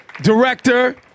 director